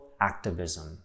activism